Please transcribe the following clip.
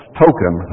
token